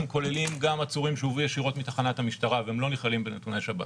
כוללים גם עצורים שהובאו ישירות מתחנת המשטרה והם לא נכללים בנתוני שב"ס,